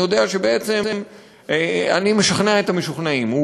אני יודע שבעצם אני משכנע את המשוכנעים,